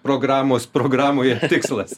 programos programoje tikslas